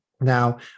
Now